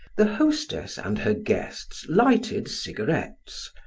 the hostess and her guests lighted cigarettes,